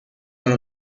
one